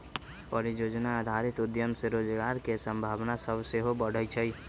परिजोजना आधारित उद्यम से रोजगार के संभावना सभ सेहो बढ़इ छइ